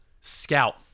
scout